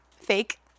fake